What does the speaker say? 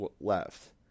left